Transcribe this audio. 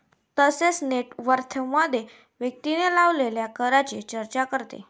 तसेच नेट वर्थमध्ये व्यक्तीने लावलेल्या करांची चर्चा करते